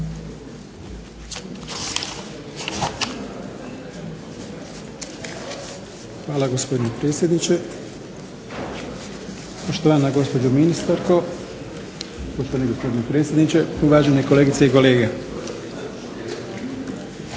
Hvala gospodine predsjedniče. Poštovana gospođo ministarko, poštovani gospodine predsjedniče, uvažene kolegice i kolege. Hrvatska